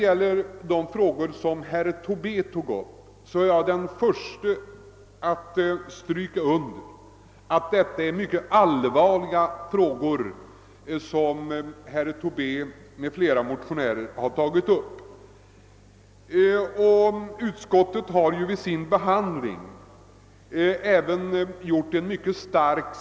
Beträffande de frågor som herr Tobé nämnde är jag den förste att stryka under att dessa, som motionsvägen tagits upp av herr Tobé m.fl., är av mycket allvarlig art. Utskottet har vid sin behandling av denna punkt skrivit mycket starkt.